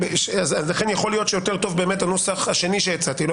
לכן יכול להיות שהנוסח השני שהצעתי יותר טוב,